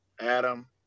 Adam